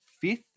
fifth